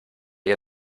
ihr